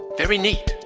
very neat,